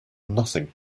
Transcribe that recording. nothing